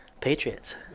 Patriots